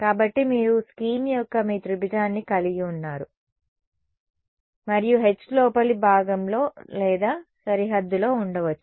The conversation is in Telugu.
కాబట్టి మీరు స్కీమ్ యొక్క మీ త్రిభుజాన్ని కలిగి ఉన్నారు మరియు H లోపలి భాగంలో లేదా సరిహద్దులో ఉండవచ్చు